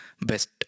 best